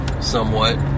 somewhat